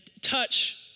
touch